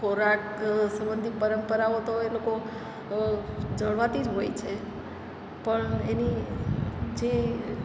ખોરાક સબંધી પરંપરાઓ તો એ લોકો જળવાતી જ હોય છે પણ એની જે